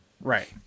Right